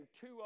two